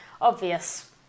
obvious